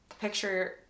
picture